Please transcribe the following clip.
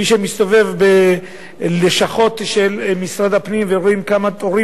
מי שמסתובב בלשכות של משרד הפנים ורואים כמה התורים